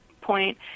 point